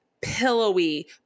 pillowy